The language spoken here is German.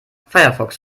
firefox